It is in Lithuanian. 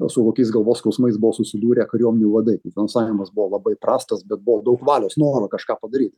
na su kokiais galvos skausmais buvo susidūrę kariuomenių vadai finansavimas buvo labai prastas bet buvo daug valios noro kažką padaryti